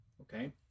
okay